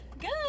Good